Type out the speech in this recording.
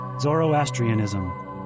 Zoroastrianism